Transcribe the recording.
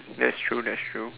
that's true that's true